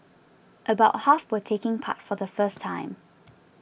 about half were taking part for the first time